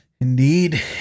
Indeed